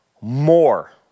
more